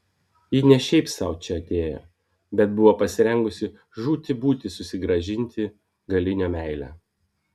ji ne šiaip sau čia atėjo bet buvo pasirengusi žūti būti susigrąžinti galinio meilę